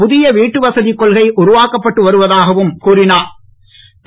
புதிய வீட்டுவசதிக் கொள்கை உருவாக்கப்பட்டு வருவதாகக் கூறிஞர்